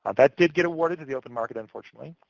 ah that did get awarded to the open market, unfortunately.